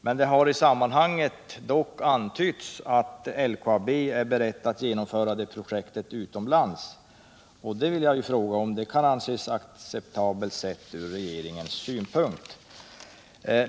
Det har dock i sammanhanget antytts att LKAB är berett att genomföra det projektet utomlands, och jag vill fråga om det kan vara acceptabelt sett ur regeringens synpunkt.